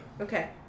Okay